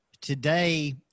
today